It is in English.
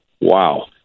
wow